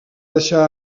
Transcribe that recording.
deixar